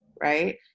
right